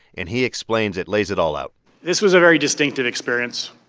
and he explains it, lays it all out this was a very distinctive experience.